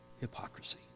hypocrisy